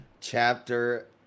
chapter